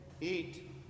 eat